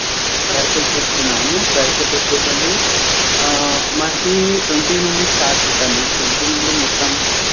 prices చెప్తున్నాను prices వచ్చేసండి మనకి ట్వంటీ నుండి స్టార్ట్ అవుతాయి మ్యామ్ ట్వంటీ నుండి మొత్తం